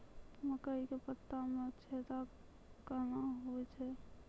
मकई के पत्ता मे छेदा कहना हु छ?